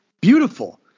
beautiful